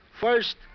First